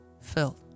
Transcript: filled